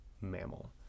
mammal